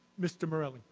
mr. morelle